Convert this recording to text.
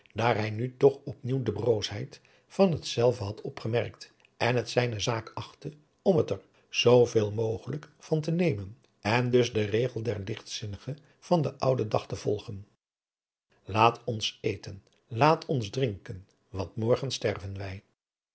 daar hij nu toch op nieuw de broosheid van hetzelve had opgemerkt en het zijne zaak achtte om het er zooveel mogelijk van te nemen en dus den regel der ligtzinnigen van den ouden dag te volgen laat ons eten laat ons drinken want morgen sterven wij